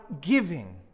giving